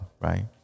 right